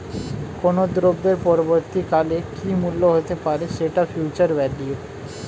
কোনো দ্রব্যের পরবর্তী কালে কি মূল্য হতে পারে, সেটা ফিউচার ভ্যালু